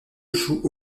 joue